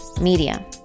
Media